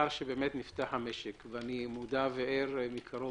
לאחר שבאמת נפתח המשק ואני מודע וער מקרוב